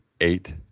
eight